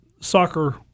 soccer